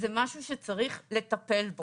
זה משהו שצריך לטפל בו.